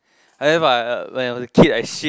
have ah where I was a kid I shit